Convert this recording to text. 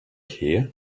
here